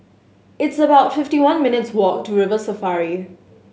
it's about fifty one minutes' walk to River Safari